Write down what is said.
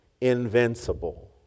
invincible